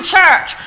Church